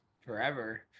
forever